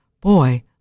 Boy